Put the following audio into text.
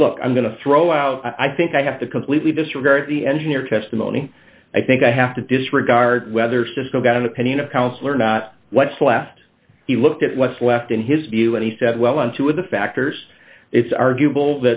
said look i'm going to throw out i think i have to completely disregard the engineer testimony i think i have to disregard whether sisko got an opinion a counselor or not what's left he looked at what's left in his view and he said well on two of the factors it's arguable